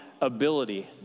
ability